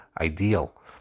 ideal